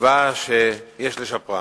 וכתיבה שיש לשפרה.